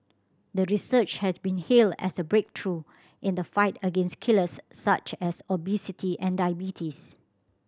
the research had been hailed as a breakthrough in the fight against killers such as obesity and diabetes